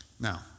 Now